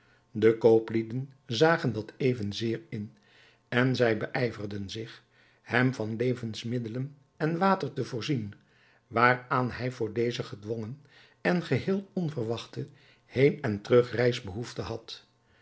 de kooplieden zagen dat evenzeer in en zij beijverden zich hem van levensmiddelen en water te voorzien waaraan hij voor deze gedwongen en geheel onverwachte heen en terugreis behoefte had